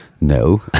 no